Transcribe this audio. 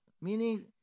meaning